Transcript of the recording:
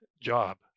job